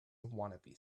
wannabe